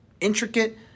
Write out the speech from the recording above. intricate